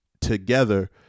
together